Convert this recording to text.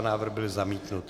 Návrh byl zamítnut.